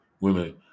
women